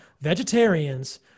vegetarians